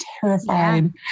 terrified